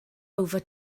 over